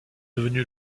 devenu